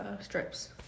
strips